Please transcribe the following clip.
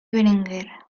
berenguer